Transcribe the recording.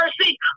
mercy